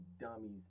dummies